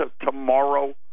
tomorrow